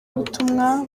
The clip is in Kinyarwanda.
butumwa